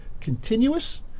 continuous